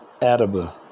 Adaba